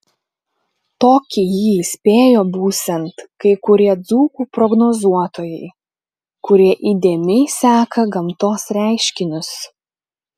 tokį jį įspėjo būsiant kai kurie dzūkų prognozuotojai kurie įdėmiai seka gamtos reiškinius